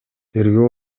тергөө